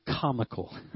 comical